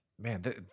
man